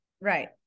Right